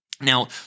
Now